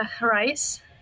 Rice